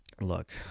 look